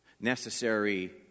Necessary